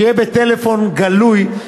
שיעשה זאת בטלפון גלוי,